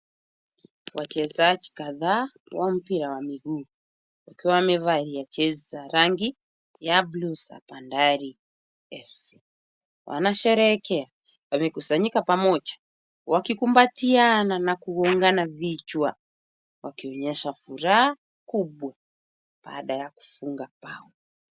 Wachezaji kadhaa wa mpira ya miguu, wakiwa wamevalia jezi za buluu za BANDARI FC , wanasherehekea. Wamekusanyika pamoja wakikumbatiana na wakigongana vichwa wakionyesha furaha kubwa baada ya kufunga bao.